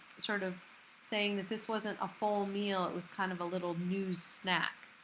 sort of saying that this wasn't a full meal, it was kind of a little news snack.